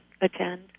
attend